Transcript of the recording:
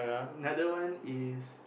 another one is